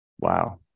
wow